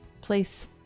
place